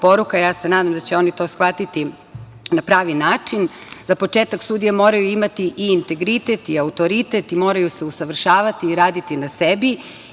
ja se nadam da će oni to shvatiti na pravi način. Za početak, sudije moraju imati i integritet i autoritet i moraju se usavršavati i raditi na sebi